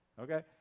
Okay